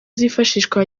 zifashishwa